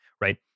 right